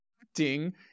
acting